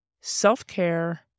self-care